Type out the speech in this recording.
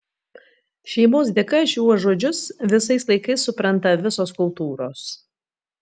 šeimos dėka šiuo žodžius visais laikais supranta visos kultūros